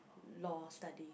Law study